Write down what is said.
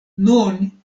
nun